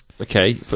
Okay